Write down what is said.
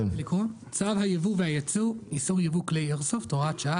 צו היבוא והיצוא (איסור ייבוא כלי איירסופט) (הוראת שעה),